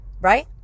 Right